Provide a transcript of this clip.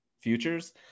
futures